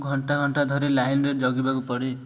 ଘଣ୍ଟା ଘଣ୍ଟା ଧରି ଲାଇନ୍ରେ ଜଗିବାକୁ ପଡ଼େ